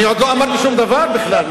אני עוד לא אמרתי שום דבר בכלל.